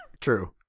True